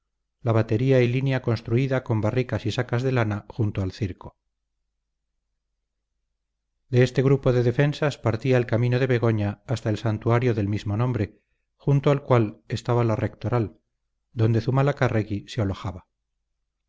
la batería y línea construida con barricas y sacas de lana junto al circo de este grupo de defensas partía el camino de begoña hasta el santuario del mismo nombre junto al cual estaba la rectoral donde zumalacárregui se alojaba